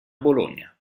bologna